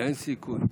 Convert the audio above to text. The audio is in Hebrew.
אין סיכוי.